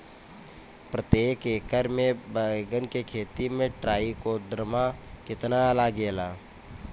प्रतेक एकर मे बैगन के खेती मे ट्राईकोद्रमा कितना लागेला?